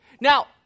Now